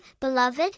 beloved